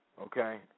Okay